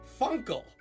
Funkle